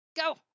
go